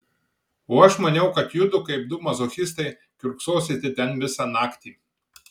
o aš maniau kad judu kaip du mazochistai kiurksosite ten visą naktį